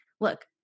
look